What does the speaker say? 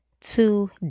two